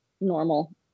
normal